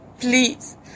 please